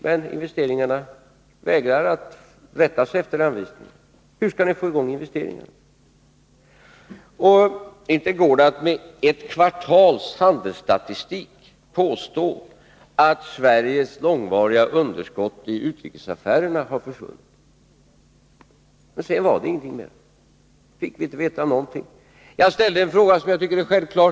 Men investeringarna vägrar att rätta sig efter anvisningarna. Hur skall ni få i gång investeringarna? Inte går det att med ett kvartals handelsstatistik påstå att Sveriges långvariga underskott i utrikesaffärerna har försvunnit. Sedan var det ingenting mer. Vi fick inte veta någonting. Jag ställde en fråga som jag tycker är självklar.